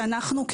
שאנחנו,